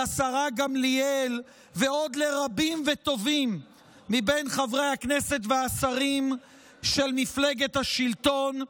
לשרה גמליאל ועוד לרבים וטובים מבין חברי הכנסת והשרים של מפלגת השלטון: